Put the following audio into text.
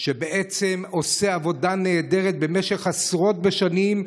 שבעצם עושה עבודה נהדרת במשך עשרות בשנים,